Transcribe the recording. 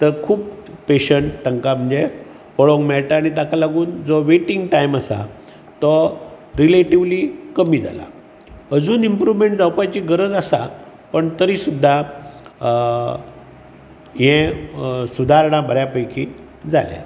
तर खूब पेशंट तांकां म्हणजे पळोवंक मेळटा आनी ताका लागुन जो वेटिंग टायम आसा तो रिलेटिव्ली कमी जाला अजून इंप्रूवमेंट जावपाची गरज आसा पण तरी सुद्दां हे सुदारणां बऱ्या पैकी जाल्या